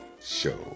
show